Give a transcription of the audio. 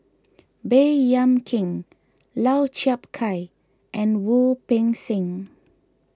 Baey Yam Keng Lau Chiap Khai and Wu Peng Seng